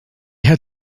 had